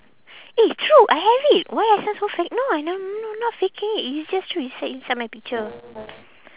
eh true I have it why I sound so fake no I am not not faking it it's just true it's like inside my picture